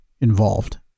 involved